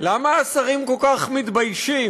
למה השרים כל כך מתביישים?